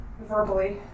verbally